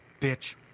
bitch